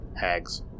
hags